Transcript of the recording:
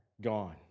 gone